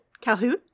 Calhoun